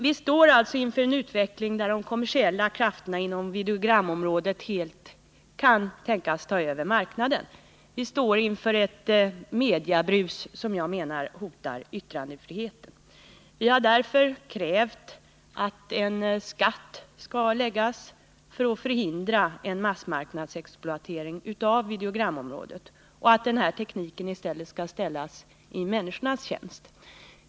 Vi står inför en ny utveckling där de kommersiella krafterna inom videogramområdet kan tänkas helt ta över marknaden. Vi står inför ett mediabrus som jag menar hotar yttrandefriheten. Vi har därför krävt att en skatt skall läggas på videoskivorna för att man skall kunna förhindra en massmarknadsexploatering av videogramområdet och kunna se till att den här tekniken i stället ställs i människornas tjänst.